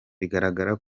biragaragara